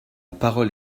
parole